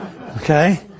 okay